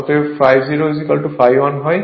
অতএব ∅0 ∅1 হয়